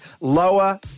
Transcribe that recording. lower